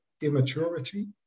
immaturity